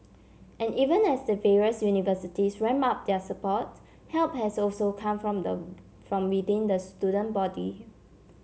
and even as the various universities ramp up their support help has also come from them from within the student body